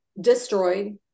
destroyed